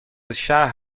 شهر